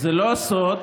לך הביתה.